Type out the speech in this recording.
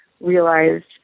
realized